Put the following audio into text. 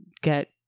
get